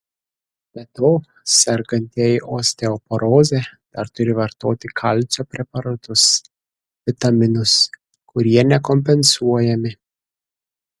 be to sergantieji osteoporoze dar turi vartoti kalcio preparatus vitaminus kurie nekompensuojami